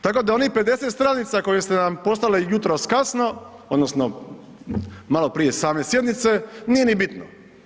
Tako da onih 50 stranica koje ste nam poslali jutros kasno, odnosno maloprije same sjednice, nije ni bitno.